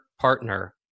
partner